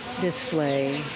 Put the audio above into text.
display